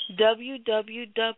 www